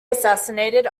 assassinated